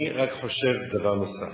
אני רק חושב דבר נוסף,